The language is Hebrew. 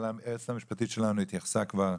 אבל היועצת המשפטית שלנו התייחסה כבר.